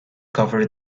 cover